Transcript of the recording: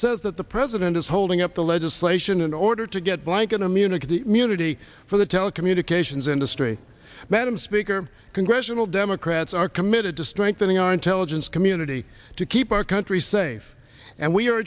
says that the president is holding up the legislation in order to get blanket immunity immunity for the telecommunications industry madam speaker congressional democrats are committed to strengthening our intelligence community to keep our country safe and we